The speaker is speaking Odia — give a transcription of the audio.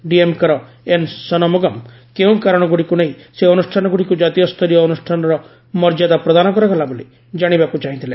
ଡିଏମ୍କେର ଏନ୍ ସନମୁଗମ କେଉଁ କାରଣଗୁଡ଼ିକୁ ନେଇ ସେହି ଅନୁଷ୍ଠାନଗୁଡ଼ିକୁ ଜାତୀୟସ୍ତରୀୟ ଅନୁଷ୍ଠାନର ମର୍ଯ୍ୟାଦା ପ୍ରଦାନ କରାଗଲା ବୋଲି ଜାଣିବାକୁ ଚାହିଁଥିଲେ